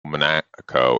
monaco